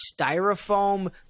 Styrofoam